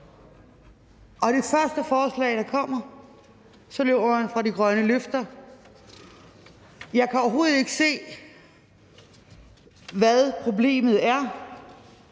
ved det første forslag, der kommer, løber man fra de grønne løfter. Jeg kan overhovedet ikke se, hvad problemet er.